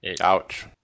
Ouch